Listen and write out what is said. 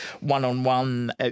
one-on-one